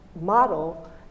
model